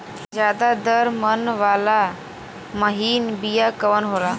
ज्यादा दर मन वाला महीन बिया कवन होला?